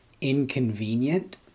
inconvenient